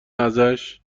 ازش